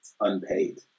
unpaid